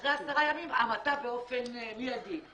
אחרי עשרה ימים זה המתה באופן מידי.